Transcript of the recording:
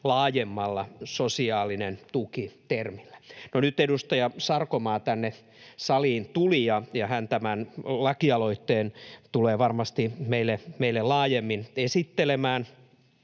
laajemmalla sosiaalinen tuki ‑termillä. No nyt edustaja Sarkomaa tänne saliin tuli, ja hän tämän lakialoitteen tulee varmasti meille laajemmin esittelemään.